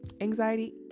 anxiety